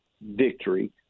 victory